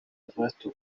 evariste